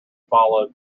followed